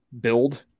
build